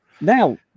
now